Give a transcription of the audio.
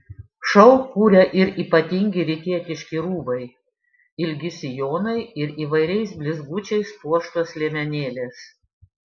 šou kuria ir ypatingi rytietiški rūbai ilgi sijonai ir įvairiais blizgučiais puoštos liemenėlės